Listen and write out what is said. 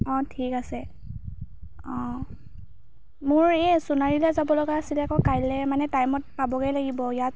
অঁ ঠিক আছে অঁ মোৰ এই সোণাৰীলৈ যাবলগা আছিলে ক কাইলৈ মানে টাইমত পাবগৈ লাগিব ইয়াত